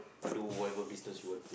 do whatever business you want